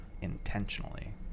intentionally